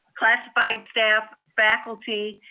classified staff, faculty,